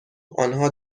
آنها